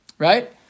Right